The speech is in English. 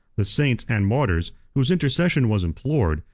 the saints and martyrs, whose intercession was implored,